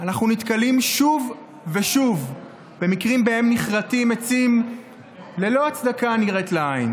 אנחנו נתקלים שוב ושוב במקרים שבהם נכרתים עצים ללא הצדקה נראית לעין